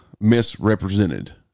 misrepresented